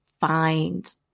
find